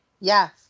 Yes